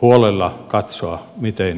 huolella katsoa miten tulonsiirrot kehittyvät